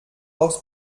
aus